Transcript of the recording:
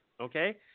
Okay